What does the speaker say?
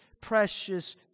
precious